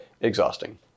exhausting